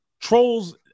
Trolls